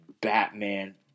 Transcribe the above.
Batman